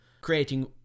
creating